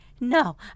no